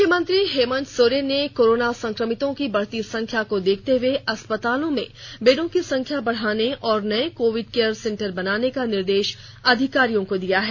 मुख्यमंत्री हेमन्त सोरेन ने कोरोना संक्रमितों की बढ़ती संख्या को देखते हुए अस्पतालों में बेडों की संख्या बढाने और नए कोविड केयर सेंटर बनाने का निर्देश अधिकारियों को दिया है